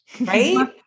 right